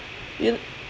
you